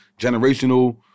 generational